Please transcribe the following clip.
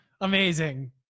amazing